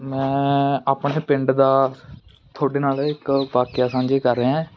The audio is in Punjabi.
ਮੈਂ ਆਪਣੇ ਪਿੰਡ ਦਾ ਤੁਹਾਡੇ ਨਾਲ ਇੱਕ ਵਾਕਿਆ ਸਾਂਝੀ ਕਰ ਰਿਹਾ ਹੈ